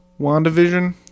WandaVision